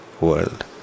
world